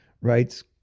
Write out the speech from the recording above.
writes